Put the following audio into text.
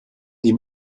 die